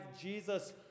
Jesus